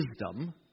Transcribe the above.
wisdom